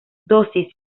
dosis